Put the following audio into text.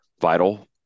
vital